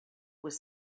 was